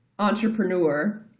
entrepreneur